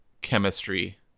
chemistry